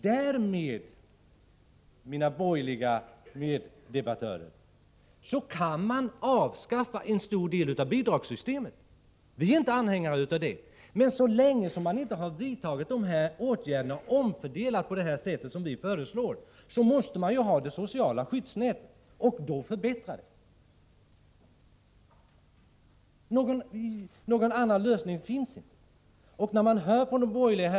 Därmed, mina borgerliga meddebattörer, kan man avskaffa en stor del av bidragssystemet. Vi är inte anhängare av det, men så länge som man inte har vidtagit åtgärder för att åstadkomma den omfördelning som vi föreslår måste man ha ett socialt skyddsnät och också förbättra det. Någon annan lösning finns inte, men om detta hör man ingenting från de borgerliga.